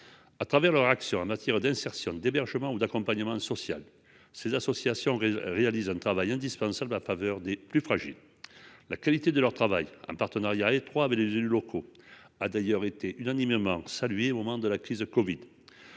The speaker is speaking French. À travers leur action en matière d'insertion d'hébergement ou d'accompagnement social. Ces associations réalise un travail indispensable ma faveur des plus fragiles. La qualité de leur travail. Un partenariat étroit avec les élus locaux a d'ailleurs été unanimement salué au moment de la crise Covid.